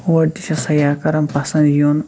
اور تہِ چھِ سیاح کَران پَسنٛد یُن